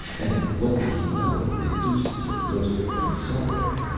and what did he know of the uses of most of what he saw there?